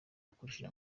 yakoresha